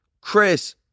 Chris